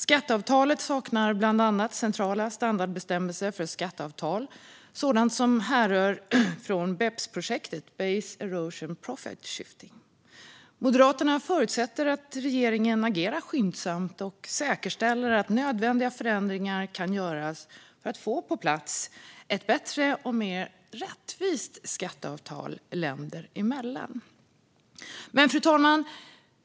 Skatteavtalet saknar bland annat centrala standardbestämmelser för skatteavtal, sådana som härrör från BEPS-projektet, base erosion and profit shifting. Moderaterna förutsätter att regeringen agerar skyndsamt och säkerställer att nödvändiga förändringar kan göras för att få ett bättre och mer rättvist skatteavtal länder emellan på plats.